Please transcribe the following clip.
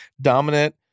dominant